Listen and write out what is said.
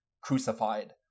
crucified